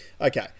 Okay